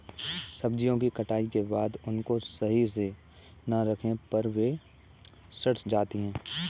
सब्जियों की कटाई के बाद उनको सही से ना रखने पर वे सड़ जाती हैं